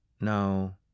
no